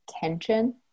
tension